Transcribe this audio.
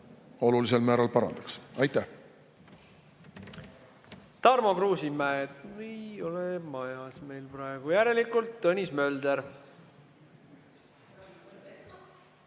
olulisel määral parandaks. Aitäh! Tarmo Kruusimäe ... Ei ole majas meil praegu. Järelikult Tõnis Mölder.